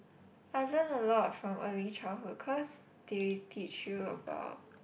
I learn a lot from early childhood cause they teach you about